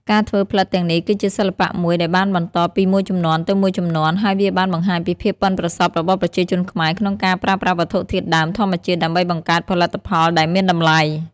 ការធ្វើផ្លិតទាំងនេះគឺជាសិល្បៈមួយដែលបានបន្តពីមួយជំនាន់ទៅមួយជំនាន់ ហើយវាបានបង្ហាញពីភាពប៉ិនប្រសប់របស់ប្រជាជនខ្មែរក្នុងការប្រើប្រាស់វត្ថុធាតុដើមធម្មជាតិដើម្បីបង្កើតផលិតផលដែលមានតម្លៃ។